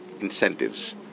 incentives